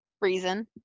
Reason